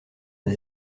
des